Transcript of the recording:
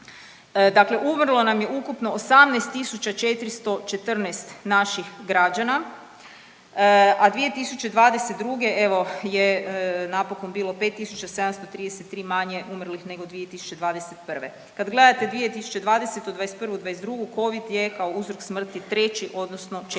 dakle umrlo nam je ukupno 18.414 naših građana, a 2022. evo je napokon bilo 5.733 manje umrlih nego 2021. Kad gledate 2020., '21., '22. Covid je kao uzrok smrti treći odnosno četvrti